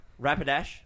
Rapidash